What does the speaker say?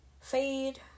Fade